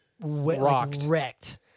wrecked